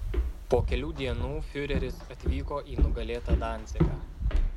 po kelių dienų fiureris atvyko į nugalėtą dancigą